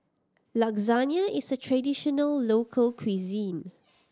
lasagne is a traditional local cuisine